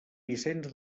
vicenç